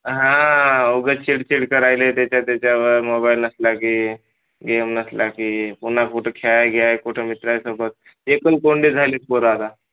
हां उगाच चिडचिड करायले ह्याच्या त्याच्यावर मोबाईल नसला की गेम नसला की पुन्हा कुठं खेळायला गिळाय कुठं मित्रायसोबत एकलकोंडी झाली आहेत पोरं आता